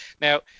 now